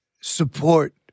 support